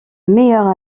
meilleures